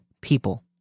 people